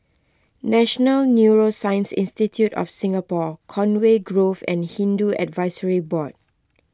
National Neuroscience Institute of Singapore Conway Grove and Hindu Advisory Board